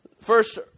first